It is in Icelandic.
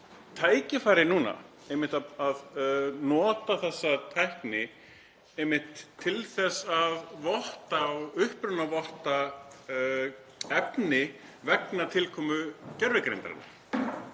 tækifæri núna til að nota þessa tækni einmitt til þess að votta og upprunavotta efni vegna tilkomu gervigreindarinnar,